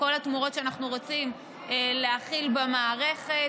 לכל התמורות שאנחנו רוצים להחיל במערכת,